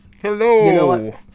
Hello